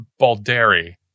Baldari